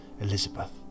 Elizabeth